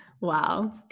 Wow